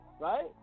right